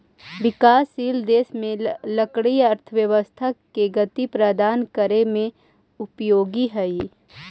विकासशील देश में लकड़ी अर्थव्यवस्था के गति प्रदान करे में उपयोगी हइ